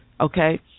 okay